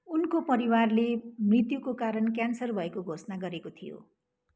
उनको परिवारले मृत्युको कारण क्यान्सर भएको घोषणा गरेको थियो